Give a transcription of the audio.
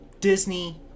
Disney